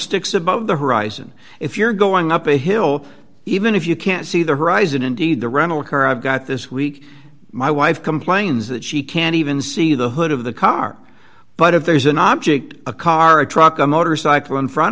sticks above the horizon if you're going up a hill even if you can't see the horizon indeed the rental car i've got this week my wife complains that she can't even see the hood of the car but if there's an object a car a truck a motorcycle in front